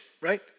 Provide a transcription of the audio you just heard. right